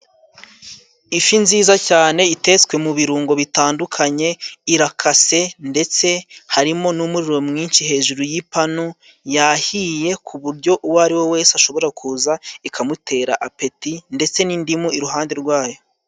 Ifi nziza cyane itetswe mu birungo bitandukanye, irakase ndetse harimo n'umuriro mwinshi hejuru y'ipanu, yahiye ku buryo uwo ari we wese ashobora kuza ikamutera apeti ndetse n'indimu iruhande rwayo.